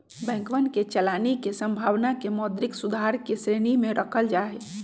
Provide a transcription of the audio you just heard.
बैंकवन के चलानी के संभावना के मौद्रिक सुधार के श्रेणी में रखल जाहई